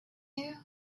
you